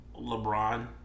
LeBron